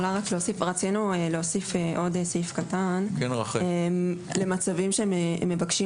רצינו להוסיף עוד סעיף קטן למצבים שמבקשים